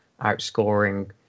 outscoring